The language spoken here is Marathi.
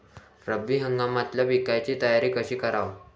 रब्बी हंगामातल्या पिकाइची तयारी कशी कराव?